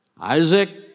Isaac